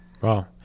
wow